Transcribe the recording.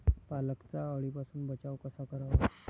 पालकचा अळीपासून बचाव कसा करावा?